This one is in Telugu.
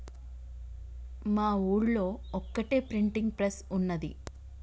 మా ఊళ్లో ఒక్కటే ప్రింటింగ్ ప్రెస్ ఉన్నది